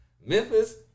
Memphis